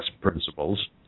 Principles